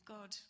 God